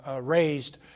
raised